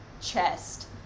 chest